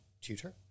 tutor